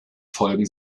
folgen